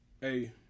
hey